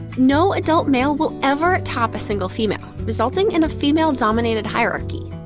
no adult male will ever top a single female, resulting in a female-dominated hierarchy.